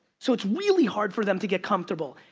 so it's really hard for them to get comfortable,